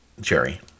Jerry